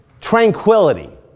tranquility